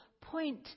point